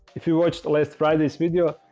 if you watch the last friday's video,